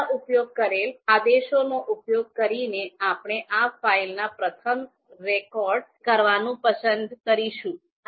પેહલા ઉપયોગ કરેલ આદેશનો ઉપયોગ કરીને આપણે આ ફાઇલના પાથને રેકોર્ડ કરવાનું પસંદ કરીશું